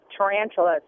tarantulas